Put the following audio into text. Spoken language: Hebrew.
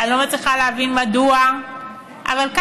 אני לא מצליחה להבין מדוע,